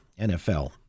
NFL